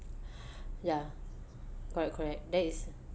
ya correct correct that is